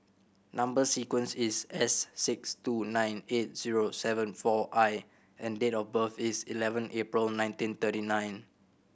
number sequence is S six two nine eight zero seven four I and date of birth is eleven April nineteen thirty nine